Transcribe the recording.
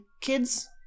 kids